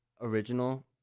original